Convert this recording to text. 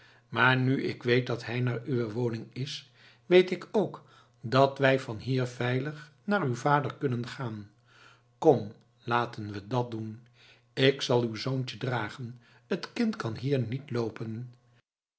maar nu ik weet dat hij naar uwe woning is weet ik ook dat wij van hier veilig naar uw vader kunnen gaan kom laten we dat doen ik zal uw zoontje dragen het kind kan hier niet loopen